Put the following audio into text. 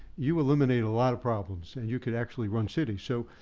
you eliminate a lot of problems. and you could actually run cities. so,